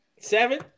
Seven